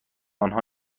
آنها